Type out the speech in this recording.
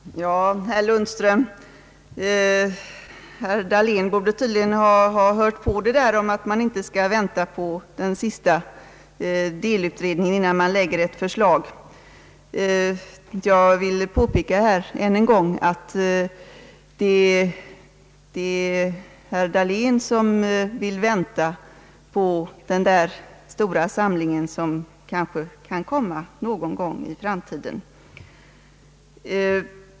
Herr talman! Ja, herr Lundström, jag hoppas att herr Dahlén lyssnade på vad herr Lundström sade om att man inte skall vänta på den sista delutredningen innan man lägger fram ett förslag. Jag vill än en gång påpeka att det är herr Dahlén som vill vänta på det stora samlade förslag som kanske kan läggas fram någon gång i framtiden.